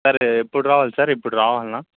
sir ఎప్పుడు రావాలి sir ఇప్పుడు రావాల